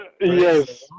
Yes